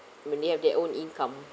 when they have their own income